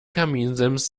kaminsims